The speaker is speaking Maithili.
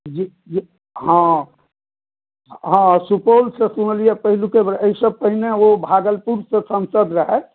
जी जी हँ सुपौलसॅं सुनलियै हँ पहिलुके बेर एहिसॅं पहिने ओ भागलपुरसॅं सांसद रहैथ